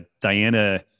Diana